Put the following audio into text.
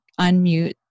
unmute